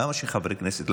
למה שחברי כנסת?